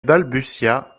balbutia